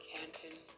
Canton